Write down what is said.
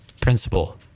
principle